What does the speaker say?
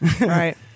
right